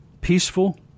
Peaceful